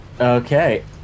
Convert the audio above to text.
Okay